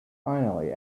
finally